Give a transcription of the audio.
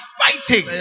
fighting